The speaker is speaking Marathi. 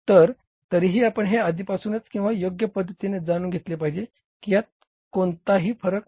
तर तरीही आपण हे आधीपासूनच किंवा योग्य पद्धतीने जाणून घेतले पाहिजे की यात कोणताही फरक नाही